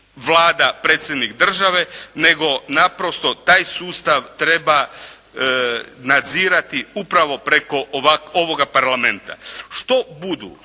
Vlada – Predsjednik države, nego naprosto taj sustav treba nadzirati upravo preko ovoga Parlamenta. Što budu